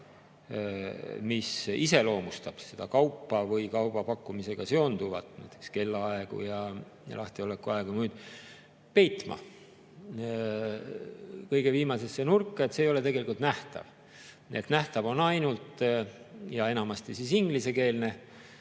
mis iseloomustab seda kaupa või kauba pakkumisega seonduvat, näiteks kellaaegu ja lahtiolekuaegu ja muud, peitma kõige viimasesse nurka, kus see ei ole tegelikult nähtav. Nähtav on ainult ja enamasti ingliskeelne